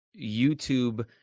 YouTube